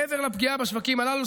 מעבר לפגיעה בשווקים הללו,